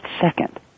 second